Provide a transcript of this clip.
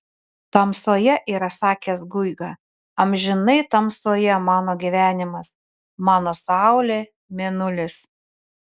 tamsoje yra sakęs guiga amžinai tamsoje mano gyvenimas mano saulė mėnulis